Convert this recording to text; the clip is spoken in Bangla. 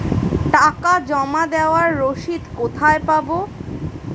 টাকা জমা দেবার রসিদ কোথায় পাব?